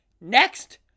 Next